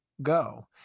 go